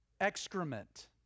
excrement